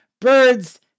birds